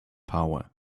power